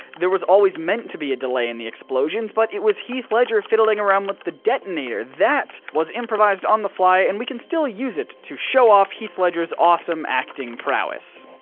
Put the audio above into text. there was always meant to be a delay in the explosions, but it was heath ledger fiddling around with the detonator. that was improvised on the fly and we can still use it to show off heath ledger's awesome acting prowess.